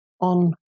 on